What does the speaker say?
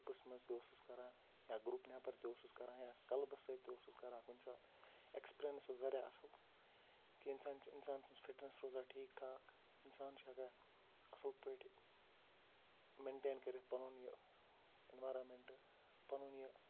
گروپَس منٛز تہِ اوسُس کران یا گروپ نیبر تہِ اوسُس کران یا کَلبس سۭتۍ تہِ اوسُس کران کُنہِ ساتہٕ اٮ۪کٔسپِرنس اوس واریاہ اَصٕل کہِ اِنسان اِنسان سٔنز فِٹنیس روزان ٹھیٖک ٹھاک اِنسان چھُ ہٮ۪کان اَصٕل پٲٹھۍ مینٹین کٔرِتھ پَنُن یہِ انوارامینٹ پَنُن یہِ